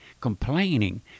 complaining